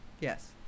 Yes